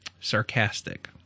sarcastic